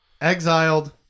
Exiled